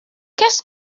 qu’est